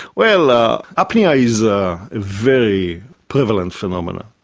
well, apnoea is a very prevalent phenomenon.